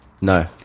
No